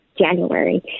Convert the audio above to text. January